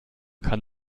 kann